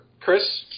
Chris